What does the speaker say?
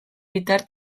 bidez